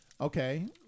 Okay